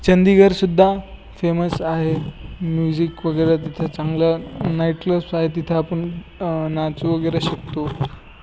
चंदिगढसुद्धा famous आहे music वगैरे तिथे चांगलं नाईट क्लबस आहे तिथं आपण नाचू वगैरे शकतो